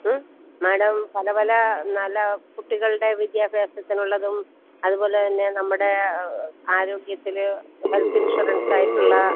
മ്മ് madam പല പല നല്ല കുട്ടികളുടെ വിദ്യാഭ്യാസത്തിനുള്ളതും അതുപോലെതന്നെ നമ്മുടെ ആരോഗ്യത്തിന് ഹെൽത്ത് ഇൻഷുറൻസായിട്ടുള്ള